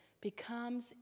becomes